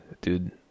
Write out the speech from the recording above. dude